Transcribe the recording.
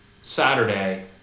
Saturday